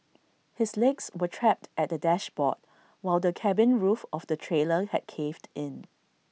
his legs were trapped at the dashboard while the cabin roof of the trailer had caved in